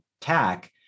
tack